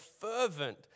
fervent